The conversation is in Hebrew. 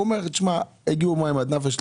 הוא אמר: הגיעו מים עד נפש,